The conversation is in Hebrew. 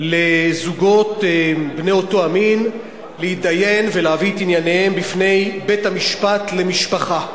לזוגות בני אותו מין להתדיין ולהביא את ענייניהם בפני בית-המשפט למשפחה.